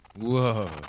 Whoa